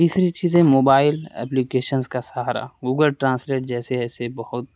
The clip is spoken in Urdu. تیسری چیز ہے موبائل ایلیکیشنس کا سہارا گوگل ٹرانسلیٹ جیسے ایسے بہت